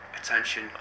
attention